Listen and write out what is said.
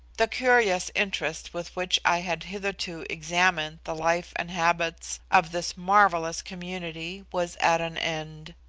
the curious interest with which i had hitherto examined the life and habits of this marvellous community was at an end.